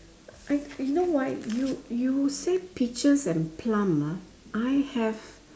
I you know why you you say peaches and plum ah I have